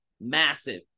massive